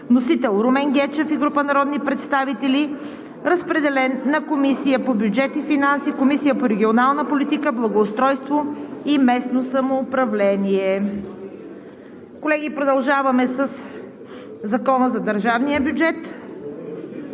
Вносител – Румен Гечев и група народни представители. Разпределен е на Комисията по бюджет и финанси и Комисията по регионална политика, благоустройство и местно самоуправление. Колеги, продължаваме с: ВТОРО ГЛАСУВАНЕ НА